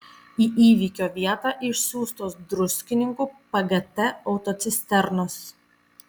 į įvykio vietą išsiųstos druskininkų pgt autocisternos